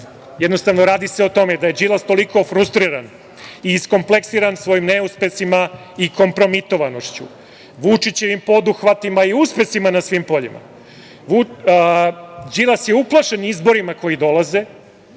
jednostavno, radi se o tome da je Đilas toliko frustriran i iskompleksiran svojim neuspesima i kompromitovanošću, Vučićevim poduhvatima i uspesima na svim poljima. Đilas je uplašen izborima koji dolaze